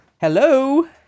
Hello